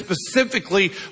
specifically